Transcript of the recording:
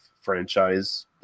franchise